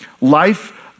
Life